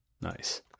Nice